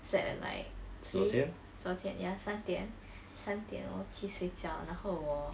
slept at like three 昨天 ya 三点三点我去睡觉然后我